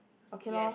okay lor